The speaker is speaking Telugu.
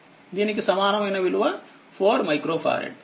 దీనికి సమానమైన విలువ 4 మైక్రో ఫారెడ్